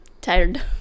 tired